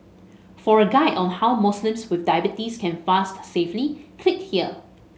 for a guide on how Muslims with diabetes can fast safely click here